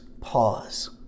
pause